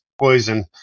poison